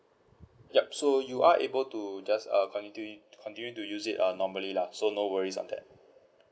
yup so you are able to just uh continue to use it uh normally lah so no worries on that